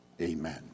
amen